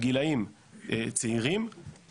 הגילאים צעירים,